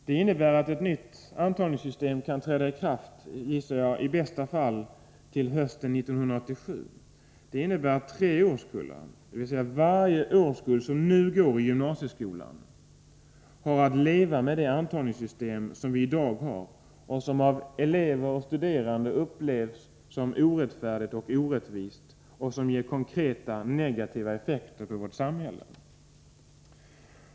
Det innebär att ett nytt antagningssystem i bästa fall kan träda i kraft hösten 1987. Således har tre årskullar, fr.o.m. detta läsår, att leva med det antagningssystem som vi i dag har och som av elever och studerande anses vara orättfärdigt och orättvist. Dessutom har systemet konkreta negativa effekter på vårt samhälle.